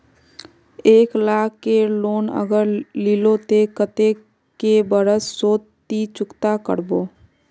एक लाख केर लोन अगर लिलो ते कतेक कै बरश सोत ती चुकता करबो?